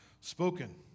spoken